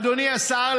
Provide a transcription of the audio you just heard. אדוני השר,